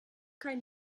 kein